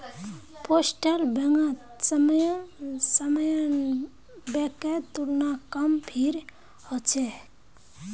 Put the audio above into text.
postal बैंकत सामान्य बैंकेर तुलना कम भीड़ ह छेक